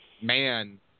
man